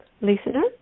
listener